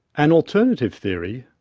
an alternative theory,